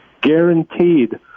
guaranteed